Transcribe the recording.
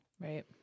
Right